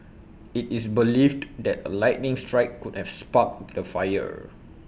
IT is believed that A lightning strike could have sparked the fire